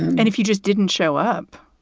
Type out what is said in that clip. and if you just didn't show up,